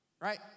right